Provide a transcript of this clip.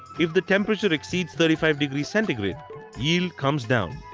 if the temperature exceeds thirty five centigrade yield comes down.